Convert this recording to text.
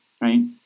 right